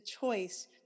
choice